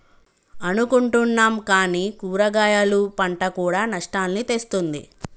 అనుకుంటున్నాం కానీ కూరగాయలు పంట కూడా నష్టాల్ని తెస్తుంది